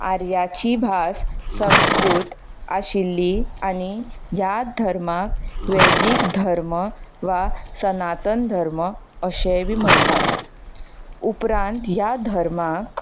आर्यांची भास संस्कृत आशिल्ली आनी ह्या धर्माक वेदीक धर्म वा सनातन धर्म अशेंय बी म्हणटात उपरांत ह्या धर्माक